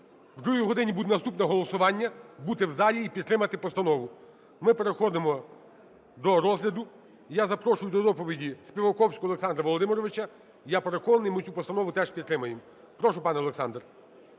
другій годині буде наступне голосування, бути в залі і підтримати постанову. Ми переходимо до розгляду. І я запрошую до доповідіСпіваковського Олександра Володимировича. Я переконаний, ми цю постанову теж підтримаємо. Прошу, пане Олександре.